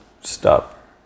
stop